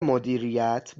مدیریت